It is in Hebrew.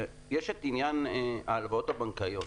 יש את עניין ההלוואות הבנקאיות.